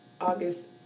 August